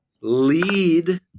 lead